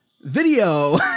Video